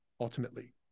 ultimately